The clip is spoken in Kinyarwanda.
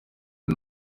ari